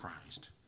Christ